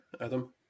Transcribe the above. Adam